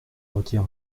retire